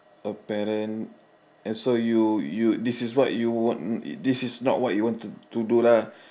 a parent and so you you this is what you want this is not what you want to do lah